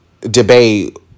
debate